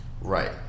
Right